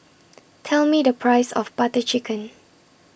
Tell Me The Price of Butter Chicken